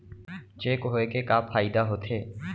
Cheque होए के का फाइदा होथे?